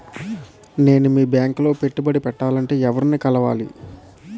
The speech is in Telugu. నేను మీ బ్యాంక్ లో పెట్టుబడి పెట్టాలంటే ఎవరిని కలవాలి?